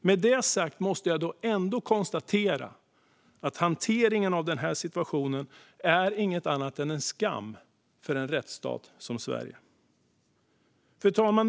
Med det sagt måste jag ändå konstatera att hanteringen av den här situationen inte är något annat än en skam för en rättsstat som Sverige. Fru talman!